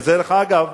ודרך אגב,